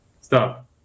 Stop